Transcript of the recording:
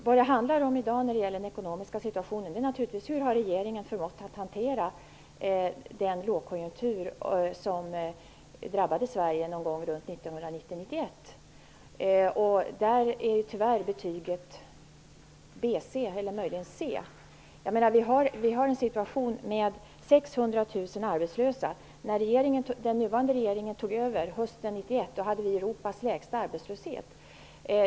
Fru talman! När det gäller den ekonomiska situationen handlar det naturligtvis i dag om hur regeringen har förmått hantera den lågkonjunktur som drabbade Sverige någon gång runt 1990-1991. Där blir betyget tyvärr BC eller möjligen C. Vi har en situation där 600 000 är arbetslösa. När den nuvarande regeringen tog över hösten 1991 hade vi Europas lägsta arbetslöshet.